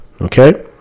Okay